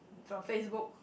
from Facebook